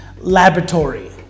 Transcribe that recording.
laboratory